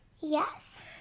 Yes